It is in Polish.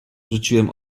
rzuciłem